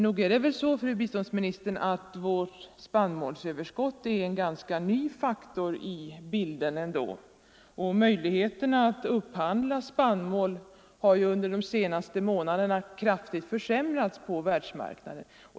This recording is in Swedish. Det är väl ändå så, fru biståndsminister, att vårt spannmålsöverskott är en ganska ny faktor i bilden, samtidigt som möjligheterna att upphandla spannmål under de senaste månaderna kraftigt försämrats på världsmarknaden.